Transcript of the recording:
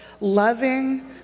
loving